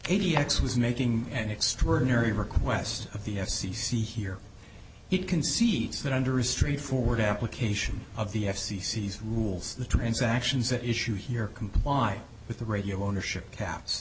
eighty ex who's making an extraordinary request of the f c c here he concedes that under a straightforward application of the f c c rules the transactions that issue here comply with the radio ownership caps